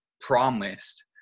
promised